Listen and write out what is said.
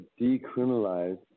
Decriminalize